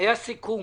היה סיכום